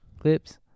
Clips